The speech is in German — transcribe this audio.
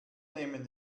nehmen